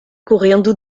correndo